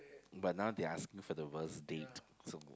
but now they are asking for the worst date so